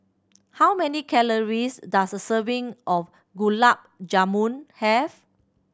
how many calories does a serving of Gulab Jamun have